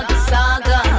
saga